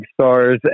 stars